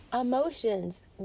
emotions